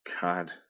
God